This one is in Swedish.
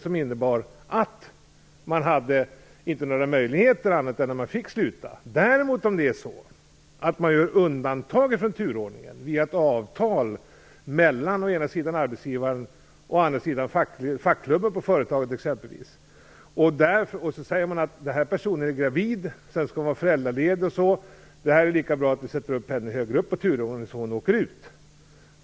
Om man däremot gör undantag från turordningen genom avtal mellan arbetsgivaren och exempelvis fackklubben på företaget och säger att en gravid kvinna som också kommer att vara föräldraledig flyttas i turordningen så att hon åker ut är det en helt annan sak.